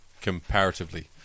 comparatively